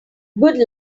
good